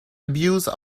abuse